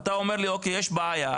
אתה אומר לי אוקיי יש בעיה,